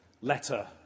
letter